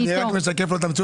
אני רק משקף אותם.